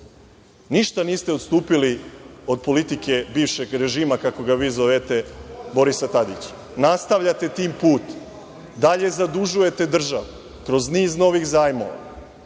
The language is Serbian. Ništa niste odstupili od politike bivšeg režima, kako ga vi zovete, Borisa Tadića. Nastavljate taj put. Dalje, zadužujete državu kroz niz novih zajmova,